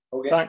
Okay